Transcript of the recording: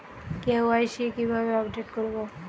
KYC কিভাবে update করব?